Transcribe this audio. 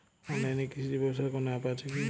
অনলাইনে কৃষিজ ব্যবসার কোন আ্যপ আছে কি?